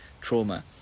trauma